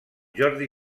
jordi